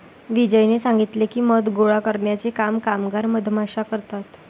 विजयने सांगितले की, मध गोळा करण्याचे काम कामगार मधमाश्या करतात